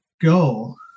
go